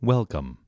Welcome